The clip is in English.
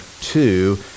two